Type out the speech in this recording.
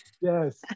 Yes